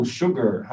sugar